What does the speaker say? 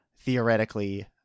theoretically